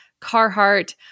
Carhartt